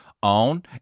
on